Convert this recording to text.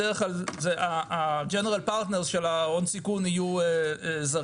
בדרך כלל ה- General Partnersשל ההון סיכון יהיו זרים.